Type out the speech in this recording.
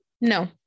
no